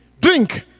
Drink